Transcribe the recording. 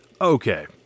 Okay